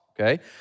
okay